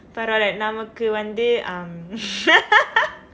பரவாயில்ல நம்மக்கு வந்து:paravaayillai nammakku vandthu um